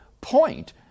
point